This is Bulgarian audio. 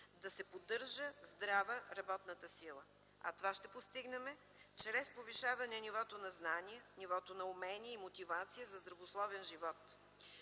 да се поддържа здрава работната сила. Това ще постигнем чрез повишаване нивото на знания, умения и мотивация за здравословен живот.